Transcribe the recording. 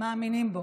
מאמינים בו.